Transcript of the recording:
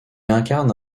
incarne